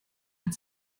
hat